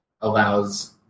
allows